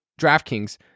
DraftKings